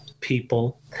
people